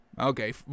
okay